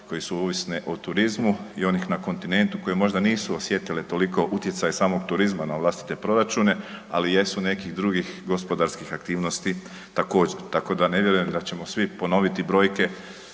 koje su ovisne o turizmu i onih na kontinentu koje možda nisu osjetile toliko utjecaj samog turizma na vlastite proračuna, ali jesu nekih drugih gospodarskih aktivnosti također, tako da ne vjerujem da ćemo svi ponoviti brojke